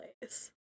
place